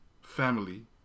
family